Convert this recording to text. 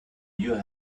you